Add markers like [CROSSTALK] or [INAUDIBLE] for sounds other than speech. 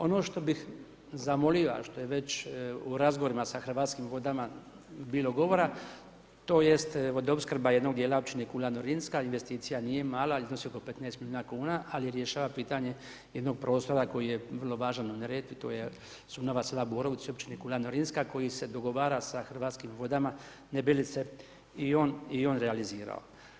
Ono što bih zamolio a što je već u razgovorima sa Hrvatskim vodama bilo govora to jest vodoopskrba jednog dijela općine kula Norinska, investicija nije mala iznosi oko 15 milijuna kuna ali rješava pitanje jednog prostora koji je vrlo važan u Neretvi, to je ... [UNINTELLIGIBLE] i općine Kula Norinska koji se dogovara sa Hrvatskim vodama ne bi li se i on realizirao.